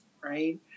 right